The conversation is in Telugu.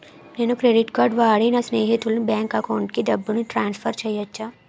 నేను క్రెడిట్ కార్డ్ వాడి నా స్నేహితుని బ్యాంక్ అకౌంట్ కి డబ్బును ట్రాన్సఫర్ చేయచ్చా?